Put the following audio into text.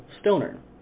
stoner